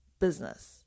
business